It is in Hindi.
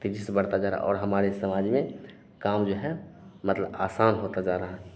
तेज़ी से बढ़ता जा रहा है और हमारे समाज में काम जो है मतलब आसान होता जा रहा है